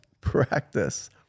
practice